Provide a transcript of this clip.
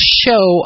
show